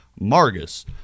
Margus